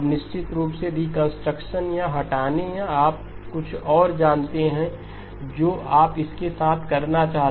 अब निश्चित रूप से रिकंस्ट्रक्शन या हटाने या आप कुछ और जानते हैं जो आप इसके साथ करना चाहते हैं